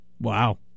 Wow